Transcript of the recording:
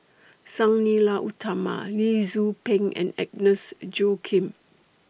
Sang Nila Utama Lee Tzu Pheng and Agnes Joaquim